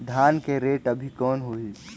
धान के रेट अभी कौन होही?